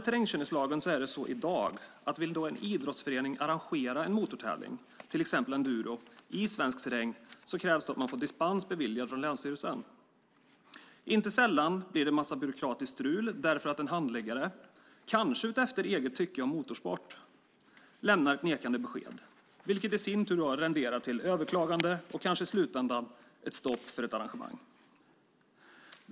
Terrängkörningslagen innebär i dag att om en idrottsförening vill organisera en motortävling, till exempel enduro, i svensk terräng, krävs att man får dispens beviljad från länsstyrelsen. Inte sällan blir det en massa byråkratiskt strul därför att en handläggare, kanske utefter eget tycke om motorsport, lämnar ett nekande besked. Detta leder i sin tur kanske till ett överklagande och i slutändan ett stopp för arrangemanget.